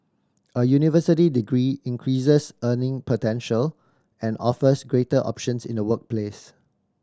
a university degree increases earning potential and offers greater options in the workplace